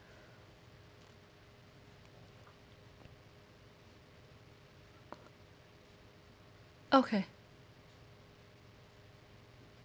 okay